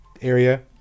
area